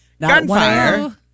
gunfire